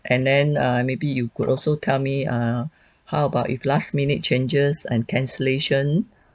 and then err maybe you could also tell me err how about if last minute changes and cancellation